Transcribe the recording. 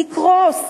יקרוס,